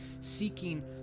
seeking